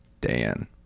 Dan